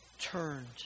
turned